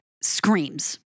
screams